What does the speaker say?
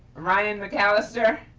ryan mcallister.